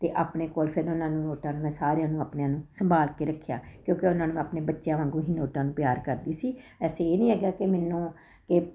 ਅਤੇ ਆਪਣੇ ਕੋਲ ਫਿਰ ਉਹਨਾਂ ਨੂੰ ਨੋਟਾਂ ਨੂੰ ਮੈਂ ਸਾਰਿਆਂ ਨੂੰ ਆਪਣਿਆਂ ਨੂੰ ਸੰਭਾਲ ਕੇ ਰੱਖਿਆ ਕਿਉਂਕਿ ਉਹਨਾਂ ਨੂੰ ਮੈਂ ਆਪਣੇ ਬੱਚਿਆਂ ਵਾਂਗ ਹੀ ਨੋਟਾਂ ਨੂੰ ਪਿਆਰ ਕਰਦੀ ਸੀ ਅਸੀਂ ਇਹ ਨਹੀਂ ਹੈਗਾ ਕਿ ਮੈਨੂੰ ਇਹ